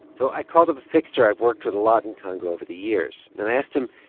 so i called up a fixture i've worked with a lot in congo over the years. and i asked him,